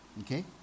Okay